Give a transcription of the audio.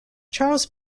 charles